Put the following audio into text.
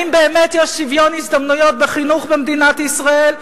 האם באמת יש שוויון הזדמנויות בחינוך במדינת ישראל?